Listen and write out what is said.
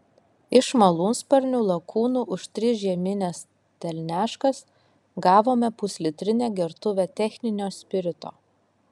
iš malūnsparnių lakūnų už tris žiemines telniaškas gavome puslitrinę gertuvę techninio spirito